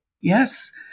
Yes